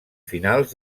finals